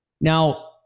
now